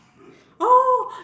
oh